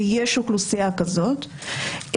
ויש אוכלוסייה כזאת,